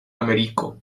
ameriko